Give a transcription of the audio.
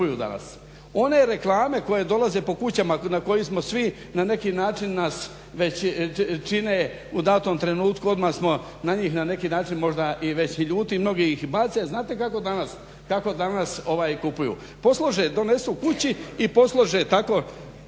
One reklame koje dolaze po kućama na koje smo svi na neki način nas već čine u datom trenutku odmah smo na njih na neki način možda i već i ljuti, mnogi ih i bace, znate kako danas kupuju? Poslože, donesu kući i poslože tako